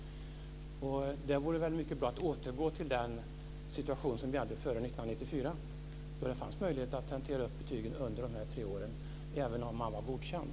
Det vore väl mycket bra att återgå till den situation som vi hade före år 1994. Då fanns det möjlighet att tentera upp betygen under de tre åren även om eleven var godkänd.